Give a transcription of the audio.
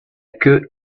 queue